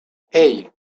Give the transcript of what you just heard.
hey